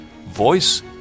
voice